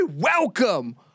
Welcome